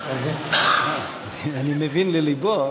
אני מבין ללבו,